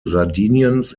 sardiniens